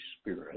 Spirit